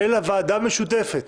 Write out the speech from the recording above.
אלא ועדה משותפת